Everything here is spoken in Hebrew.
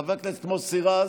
חבר הכנסת מוסי רז.